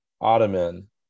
ottoman